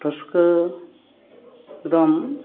ᱨᱟᱹᱥᱠᱟᱹ ᱫᱚᱢ